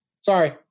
Sorry